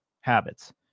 habits